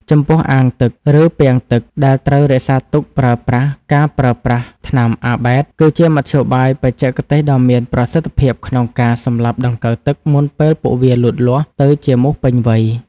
ចំពោះអាងទឹក ឬពាងទឹកដែលត្រូវរក្សាទុកប្រើប្រាស់ ការប្រើប្រាស់ថ្នាំអាបែត (Abate) គឺជាមធ្យោបាយបច្ចេកទេសដ៏មានប្រសិទ្ធភាពក្នុងការសម្លាប់ដង្កូវទឹកមុនពេលពួកវាលូតលាស់ទៅជាមូសពេញវ័យ។